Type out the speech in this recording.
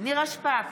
נירה שפק,